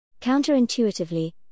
Counterintuitively